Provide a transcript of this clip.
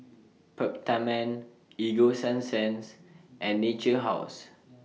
Peptamen Ego Sunsense and Natura House